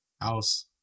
House